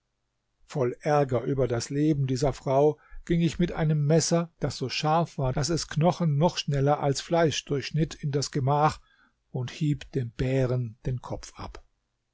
voll ärger über das leben dieser frau ging ich mit einem messer das so scharf war daß es knochen noch schneller als fleisch durchschnitt in das gemach und hieb dem bären den kopf ab